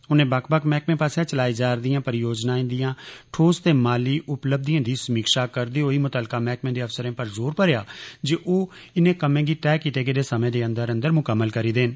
उनें बक्ख बक्ख मैहकमें पास्सेआ चलाई जा करदियां परियोजनाएं दियां ठोस ते माली उपलब्धियें दी समीक्षा करदे होई मुत्तल्लका मैहकमें दे अफसरें पर जोर भरेआ जो ओ इनें कम्में गी तय कीते गेदे समें दे अंदर अंदर मुकम्मल करी देन